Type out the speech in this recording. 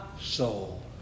soul